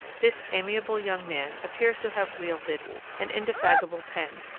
this amiable young man appears to have wielded an indefatigable pen,